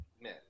men